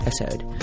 episode